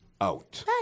out